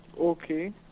Okay